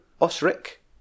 Osric